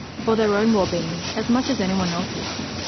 for their own wellbeing as much as anyone else's.